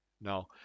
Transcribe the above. No